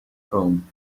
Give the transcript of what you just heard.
chrome